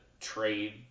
trade